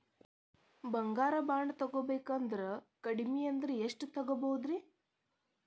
ಬಂಗಾರ ಬಾಂಡ್ ತೊಗೋಬೇಕಂದ್ರ ಕಡಮಿ ಅಂದ್ರ ಎಷ್ಟರದ್ ತೊಗೊಬೋದ್ರಿ?